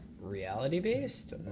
reality-based